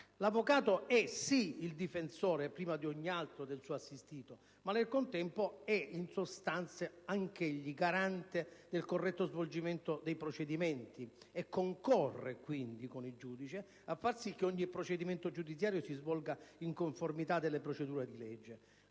L'avvocato è sì il difensore, prima di ogni altro, del suo assistito, ma nel contempo è in sostanza anche il garante del corretto svolgimento dei procedimenti e concorre quindi con il giudice a fare in modo che ogni procedimento giudiziario si svolga in conformità delle procedure di legge.